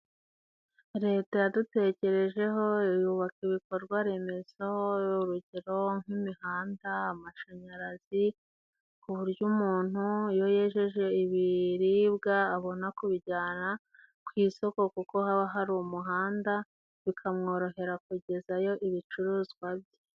Leta yadutekerejeho yubaka ibikorwa remezo, urugero nk'imihanda, amashanyarazi ku buryo umuntu iyo yejeje ibiribwa abona kubijyana ku isoko kuko haba hari umuhanda bikamworohera kugezayo ibicuruzwa bye.